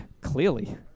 clearly